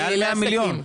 מעל 100 מיליון.